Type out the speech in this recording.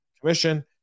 Commission